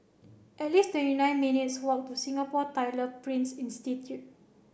at least in nine minutes' walk to Singapore Tyler Prints Institute